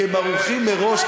כי הם ערוכים מראש.